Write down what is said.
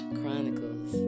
Chronicles